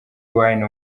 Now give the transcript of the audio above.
wine